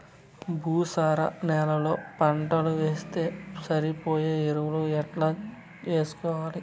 భూసార నేలలో పంటలు వేస్తే సరిపోయే ఎరువులు ఎట్లా వేసుకోవాలి?